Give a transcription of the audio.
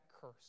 curse